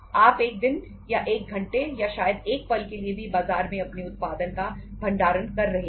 आप एक दिन या एक घंटे या शायद एक पल के लिए भी बाजार में अपने उत्पादन का भंडारण कर रहे हैं